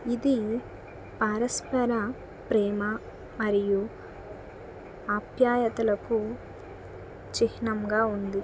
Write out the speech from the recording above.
ఇది పరస్పర ప్రేమ మరియు ఆప్యాయతలకు చిహ్నంగా ఉంది